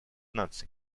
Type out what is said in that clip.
наций